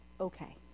okay